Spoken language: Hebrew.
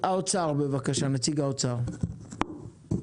נציגת משרד האוצר, בבקשה.